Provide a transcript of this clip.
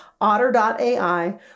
otter.ai